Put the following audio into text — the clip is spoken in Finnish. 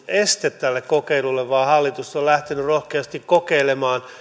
este tälle kokeilulle vaan hallitus on lähtenyt rohkeasti kokeilemaan